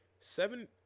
Seven –